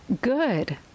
good